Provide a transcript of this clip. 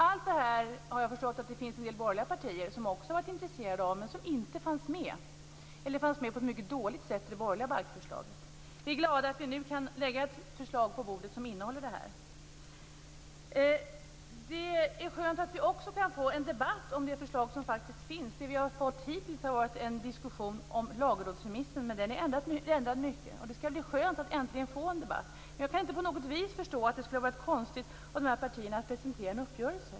Såvitt jag förstår finns det en del borgerliga partier som också har varit intresserade av allt detta - saker som dock inte fanns med eller som på ett mycket dåligt sätt fanns med i det borgerliga balkförslaget. Vi är alltså glada över att det har gått att nu lägga ett förslag på bordet som innehåller allt det här. Det är också skönt att vi kan få en debatt om det förslag som faktiskt finns. Hittills har vi bara fått en diskussion om lagrådsremissen. Mycket är ändrat där, så det skall bli skönt att äntligen få en debatt. Jag kan rakt inte förstå att det skulle ha varit konstigt för partierna i fråga att presentera en uppgörelse.